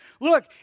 look